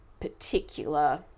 particular